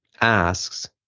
asks